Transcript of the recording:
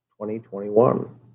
2021